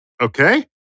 Okay